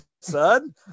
son